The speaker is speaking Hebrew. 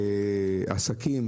עסקים,